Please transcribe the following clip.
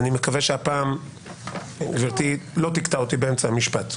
ואני מקווה שהפעם גברתי לא תקטע אותי באמצע המשפט,